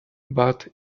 but